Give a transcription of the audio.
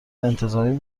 انتظامی